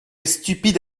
stupide